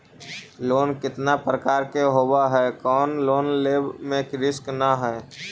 Loan कितना प्रकार के होबा है कोन लोन लेब में रिस्क न है?